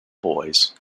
boys